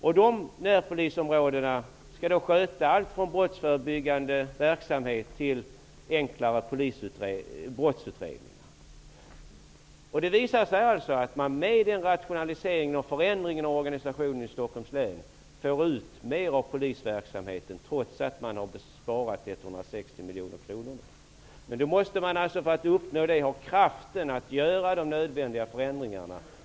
I dessa närpolisområden skall allt från brottsförebyggande verksamhet till enklare brottsutredningar skötas. Det visar sig att man med denna rationalisering och förändring av organisationen i Stockholms län får ut mer av polisverksamheten, trots att man har sparat 160 miljoner kronor. För att uppnå det måste man ha kraften att göra de nödvändiga förändringarna.